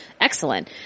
excellent